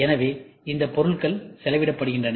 எனவே இந்த பொருட்கள் செலவிடப்படுகின்றன